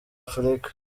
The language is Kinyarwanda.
afurika